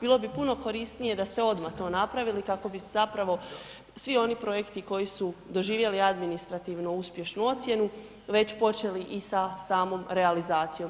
Bilo bi puno korisnije da ste odmah to napravili kako bi zapravo svi oni projekti koji su doživjeli administrativno uspješnu ocjenu već počeli i sa samom realizacijom.